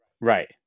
Right